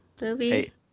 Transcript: movie